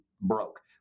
broke